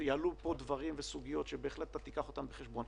שיעלו פה דברים וסוגיות שבהחלט תיקח אותם בחשבון.